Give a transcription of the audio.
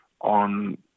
on